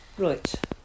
Right